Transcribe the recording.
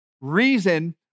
Reason